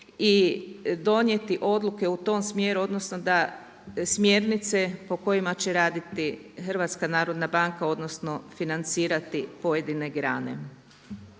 i donijeti odluke u tom smjeru odnosno da smjernice po kojima će raditi HBOR odnosno financirati pojedine grane.